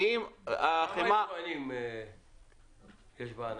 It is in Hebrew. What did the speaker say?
כמה יבואנים יש בענף?